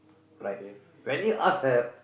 right when you ask help